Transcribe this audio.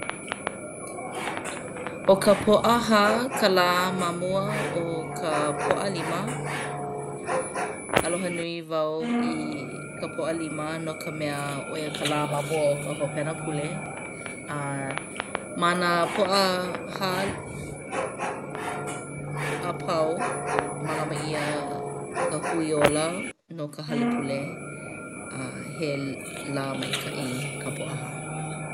'O ka Pōʻahā ka lā ma mua o ka Pōʻalima. Aloha nui wau i ka Pōʻalima no ka mea ʻo ia ka lā ma mua o ka hopena pule. Ma nā Pōʻahā apau mālama ʻia ka hui ola no ka halepule. He lā maikaʻi ka Pōʻahā.